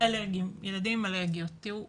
יש פה